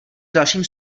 dalším